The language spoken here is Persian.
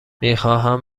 میخواهند